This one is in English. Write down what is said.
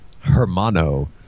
Hermano